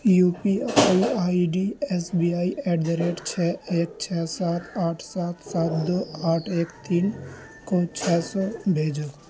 you P I I D S B I at the rate چھ ایک چھ سات آٹھ سات سات دو آٹھ ایک تین کو چھ سو بھیجو